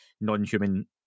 non-human